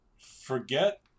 forget